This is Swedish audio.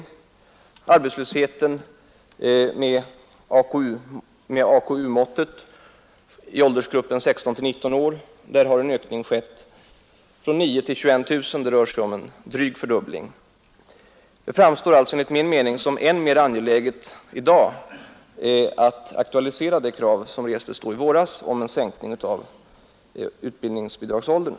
Då det gäller arbetslösheten mätt med A KU-måttet i åldersgruppen 16—19 år har en ökning skett från 9 000 till 21 000 — det rör sig om en dryg fördubbling. Det framstår mot denna bakgrund enligt min mening som än mer angeläget i dag att aktualisera det krav som restes i våras om en sänkning av utbildningsbidragsåldern.